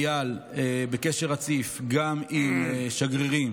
אייל בקשר רציף גם עם שגרירים